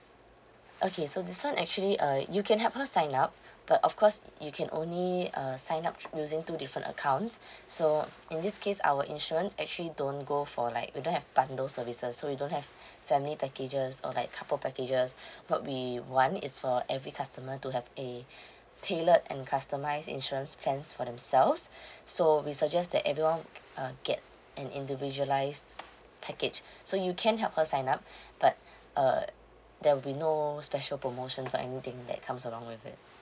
okay so this [one] actually uh you can help her sign up but of course you can only uh sign up using two different accounts so in this case our insurance actually don't go for like we don't have bundle services so we don't have family packages or like couple packages what we want is for every customer to have a tailored and customised insurance plans for themselves so we suggest that everyone uh get an individualised package so you can help her sign up but uh there will be no special promotions or anything that comes along with it